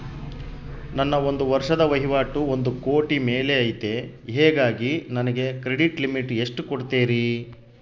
ನನ್ನ ಒಂದು ವರ್ಷದ ವಹಿವಾಟು ಒಂದು ಕೋಟಿ ಮೇಲೆ ಐತೆ ಹೇಗಾಗಿ ನನಗೆ ಕ್ರೆಡಿಟ್ ಲಿಮಿಟ್ ಎಷ್ಟು ಕೊಡ್ತೇರಿ?